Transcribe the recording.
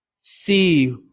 See